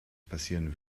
passieren